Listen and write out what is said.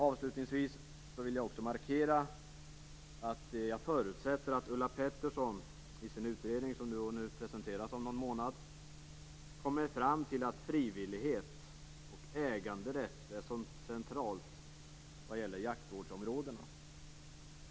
Avslutningsvis vill jag markera att jag förutsätter att Ulla Pettersson i sin utredning som hon presenterar om någon månad kommer fram till att frivillighet och äganderätt är centrala vad gäller jaktvårdsområdena.